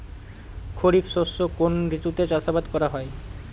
খরিফ শস্য কোন ঋতুতে চাষাবাদ করা হয়?